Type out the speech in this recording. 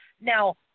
now